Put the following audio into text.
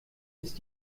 ist